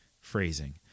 phrasing